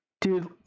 Dude